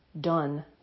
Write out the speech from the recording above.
done